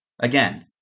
Again